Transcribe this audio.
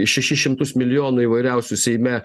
šešis šimtus milijonų įvairiausių seime